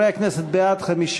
חברי הכנסת, בעד, 5,